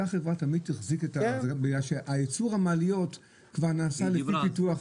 אותה חברה תמיד תחזיק בזה בגלל שייצור המעליות כבר נעשה לפי הפיתוח.